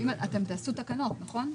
אתם תתקינו תקנות, נכון?